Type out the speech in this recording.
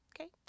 Okay